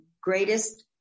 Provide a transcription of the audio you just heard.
greatest